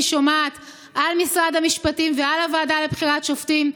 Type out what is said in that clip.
שומעת על משרד המשפטים ועל הוועדה לבחירת שופטים.